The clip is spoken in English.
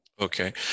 Okay